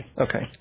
okay